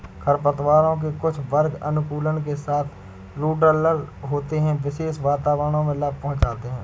खरपतवारों के कुछ वर्ग अनुकूलन के साथ रूडरल होते है, विशेष वातावरणों में लाभ पहुंचाते हैं